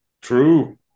True